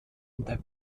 unter